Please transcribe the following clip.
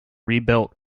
rebuilt